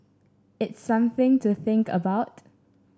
it's something to think about